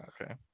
okay